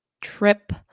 trip